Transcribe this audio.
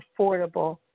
affordable